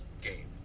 game